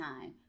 time